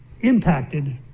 impacted